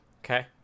Okay